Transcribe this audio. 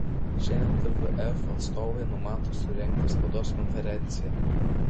šiandien tvf atstovai numato surengti spaudos konferenciją